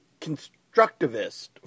constructivist